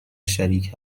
شریک